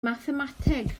mathemateg